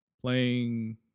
playing